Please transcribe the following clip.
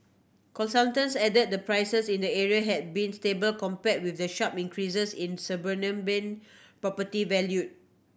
consultants added the prices in the area had been stable compared with the sharp increases in suburban property value